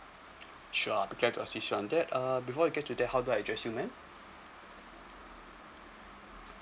sure we get to assist you on that uh before we get to that how do I address you madam